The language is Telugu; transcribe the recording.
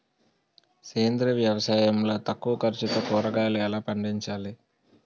సేంద్రీయ వ్యవసాయం లో తక్కువ ఖర్చుతో కూరగాయలు ఎలా పండించాలి?